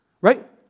right